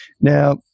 Now